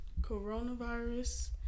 coronavirus